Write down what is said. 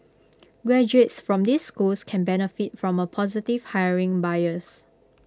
graduates from these schools can benefit from A positive hiring bias